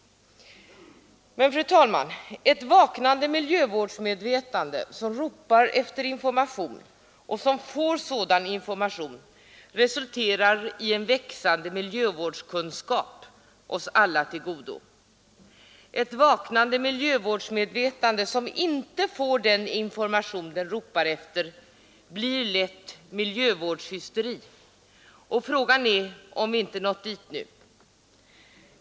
Men, fru talman, ett vaknande miljövårdsmedvetande som ropar efter information och som får sådan information resulterar i en växande miljövårdskunskap — oss alla till godo. Ett vaknande miljövårdsmedvetande som inte får den information det ropar efter blir lätt miljövårdshysteri. Och frågan är om vi inte nått dit nu.